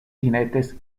jinetes